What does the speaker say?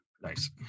Nice